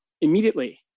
immediately